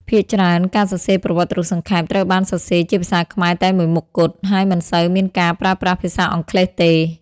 ភាគច្រើន ការសរសេរប្រវត្តិរូបសង្ខេប ត្រូវបានសរសេរជាភាសាខ្មែរតែមួយមុខគត់ ហើយមិនសូវមានការប្រើប្រាស់ភាសាអង់គ្លេសទេ។